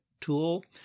tool